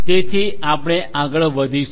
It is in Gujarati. તેથી આપણે આગળ વધીશું